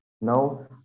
No